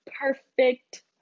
perfect